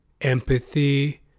empathy